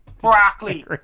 broccoli